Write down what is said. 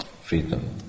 freedom